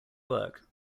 work